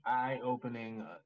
eye-opening